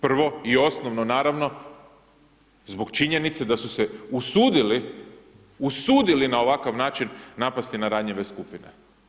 Prvo i osnovno, naravno, zbog činjenice da su se usudili, usudili na ovakav način napasti na ranjive skupine.